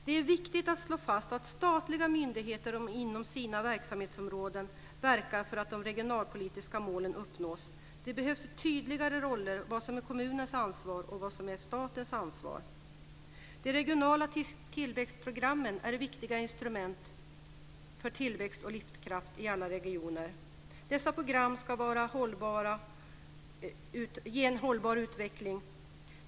Det är viktigt att slå fast att statliga myndigheter inom sina verksamhetsområden verkar för att de regionalpolitiska målen uppnås. Det behövs tydligare roller över vad som är kommunens ansvar och vad som är statens ansvar. De regionala tillväxtprogrammen är viktiga instrument för tillväxt och livskraft i alla regioner. Dessa program ska ge en hållbar utveckling.